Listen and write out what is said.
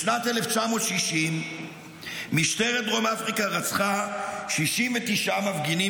בשנת 1960 משטרת דרום אפריקה רצחה 69 מפגינים